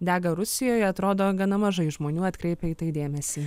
dega rusijoje atrodo gana mažai žmonių atkreipia į tai dėmesį